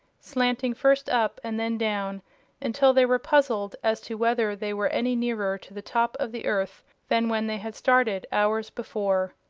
slanting first up and then down until they were puzzled as to whether they were any nearer to the top of the earth than when they had started, hours before.